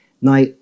Now